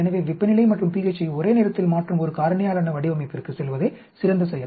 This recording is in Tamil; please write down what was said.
எனவே வெப்பநிலை மற்றும் pH ஐ ஒரே நேரத்தில் மாற்றும் ஒரு காரணியாலான வடிவமைப்பிற்கு செல்வதே சிறந்த செயல்